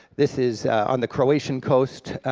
this is on the croatian coast.